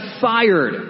fired